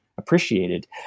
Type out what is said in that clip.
appreciated